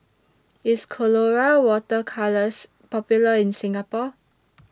IS Colora Water Colours Popular in Singapore